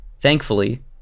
Thankfully